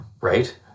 Right